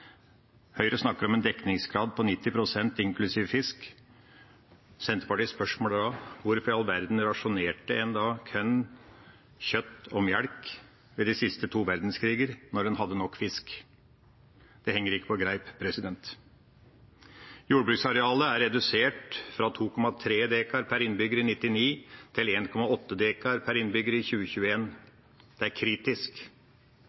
Høyre snakker om en dekningsgrad på 90 pst. inklusiv fisk. Senterpartiets spørsmål er da: Hvorfor i all verden rasjonerte en da korn, kjøtt og melk under de siste to verdenskrigene når man hadde nok fisk? Det henger ikke på greip. Jordbruksarealet er redusert fra 2,3 dekar per innbygger i 1999 til 1,8 dekar per innbygger i